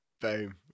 Boom